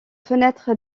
fenêtres